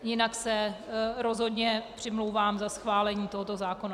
Jinak se rozhodně přimlouvám za schválení tohoto zákona.